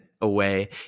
away